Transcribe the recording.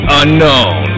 unknown